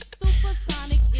supersonic